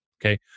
Okay